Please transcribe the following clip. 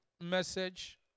message